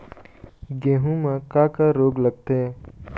गेहूं म का का रोग लगथे?